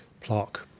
plaque